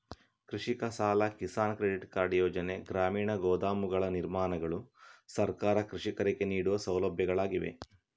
ಕೃಷಿಕ ಸಾಲ, Kisan credit card ಯೋಜನೆ, ಗ್ರಾಮೀಣ ಗೋದಾಮುಗಳ ನಿರ್ಮಾಣಗಳು ಸರ್ಕಾರ ಕೃಷಿಕರಿಗೆ ನೀಡುವ ಸೌಲಭ್ಯಗಳಾಗಿವೆ